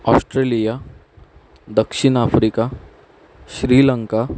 Australia दक्षिण Africa Sri Lanka